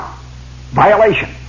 violation